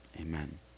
Amen